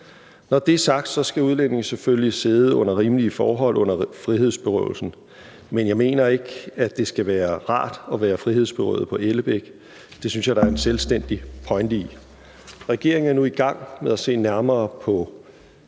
Når det er sagt, skal udlændinge selvfølgelig sidde under rimelige forhold under frihedsberøvelsen, men jeg mener ikke, at det skal være rart at være frihedsberøvet på Ellebæk. Det synes jeg der er en selvstændig pointe i. Regeringen er nu i gang med at se nærmere på